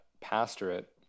pastorate